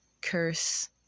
curse